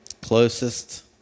closest